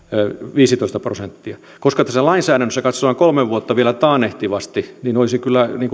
viisitoista prosenttia koska tässä lainsäädännössä katsotaan kolme vuotta vielä taannehtivasti niin